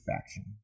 faction